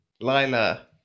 Lila